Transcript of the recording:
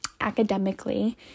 academically